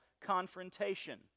confrontation